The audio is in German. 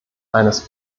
eines